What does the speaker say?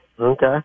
Okay